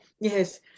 Yes